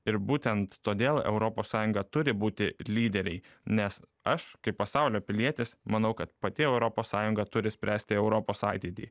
ir būtent todėl europos sąjunga turi būti lyderiai nes aš kaip pasaulio pilietis manau kad pati europos sąjunga turi spręsti europos ateitį